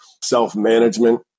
self-management